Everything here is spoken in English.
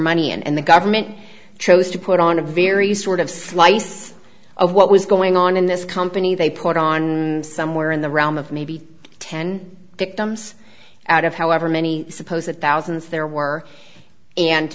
money and the government chose to put on a very sort of slice of what was going on in this company they put on somewhere in the realm of maybe ten victims out of however many suppose the thousands there were and